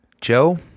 Joe